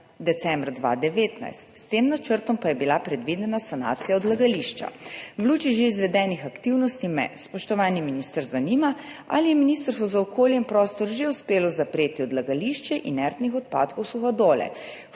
decembra 2019. S tem načrtom pa je bila predvidena sanacija odlagališča. V luči že izvedenih aktivnosti me, spoštovani minister, zanima: Ali je Ministrstvo za okolje in prostor že uspelo zapreti odlagališče inertnih odpadkov Suhadole?